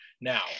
now